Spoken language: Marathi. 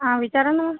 हा विचारा ना